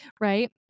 right